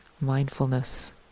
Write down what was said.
mindfulness